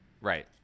right